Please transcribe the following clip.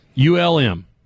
ULM